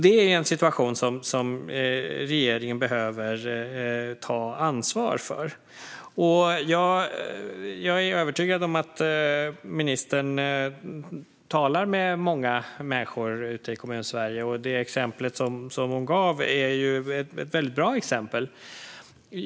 Det är en situation som regeringen behöver ta ansvar för. Jag är övertygad om att ministern talar med många människor ute i Kommunsverige. Det exempel som hon gav är väldigt bra.